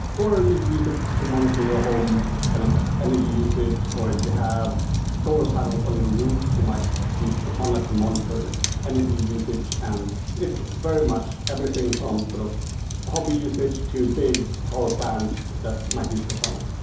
or or you use it to monitor your home kind of energy usage or if you have solar panels on your roof. you might use grafana to monitor your energy usage. and it's very much everything from sort of hobby usage, to big power plants that might use grafana.